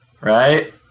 Right